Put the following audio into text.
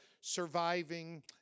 surviving